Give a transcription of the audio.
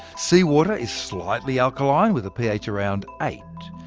seawater is slightly alkaline, with a ph around eight.